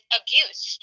abuse